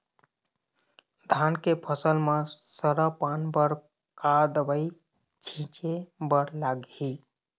धान के फसल म सरा पान बर का दवई छीचे बर लागिही?